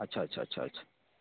अच्छा अच्छा अच्छा अच्छा